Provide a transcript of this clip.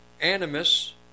animus